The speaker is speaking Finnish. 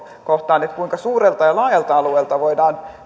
kohtaan kuinka suurelta ja laajalta alueelta voidaan